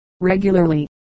regularly